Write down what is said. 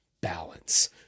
balance